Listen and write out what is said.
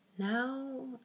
Now